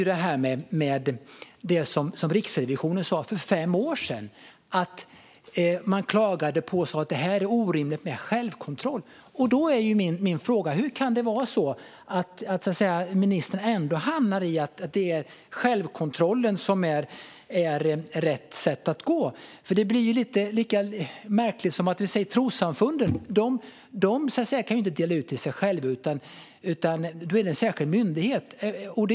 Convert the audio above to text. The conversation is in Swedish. När det gäller det som Riksrevisionen sa för fem år sedan om att det är orimligt med självkontroll är min fråga: Hur kan ministern ändå mena att självkontrollen är rätt väg att gå? Det blir lika märkligt som om vi sa att trossamfunden skulle dela ut medel till sig själva. Men det kan de inte göra, utan det är en särskild myndighet som gör det.